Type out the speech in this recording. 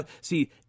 See